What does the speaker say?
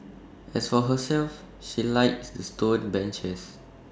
as for herself she likes the stone benches